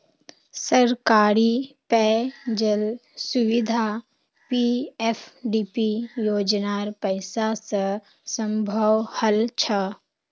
सरकारी पेय जल सुविधा पीएफडीपी योजनार पैसा स संभव हल छ